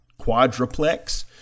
quadruplex